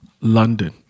London